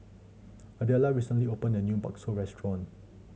Adella recently opened a new bakso restaurant